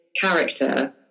character